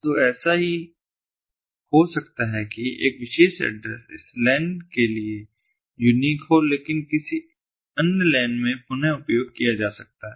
तो ऐसा हो सकता है कि एक विशेष एड्रेस इस LAN के लिए यूनीक हो लेकिन किसी अन्य LAN में पुन उपयोग किया जा सकता है